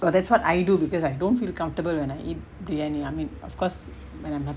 so that's what I do because I don't feel comfortable when I eat briyani I mean of course when I'm